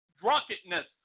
drunkenness